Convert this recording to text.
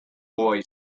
boy